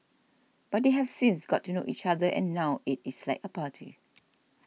but they have since got to know each other and now it is like a party